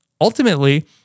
Ultimately